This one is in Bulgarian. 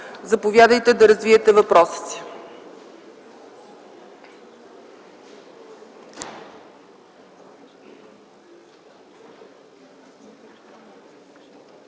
заповядайте да развиете въпроса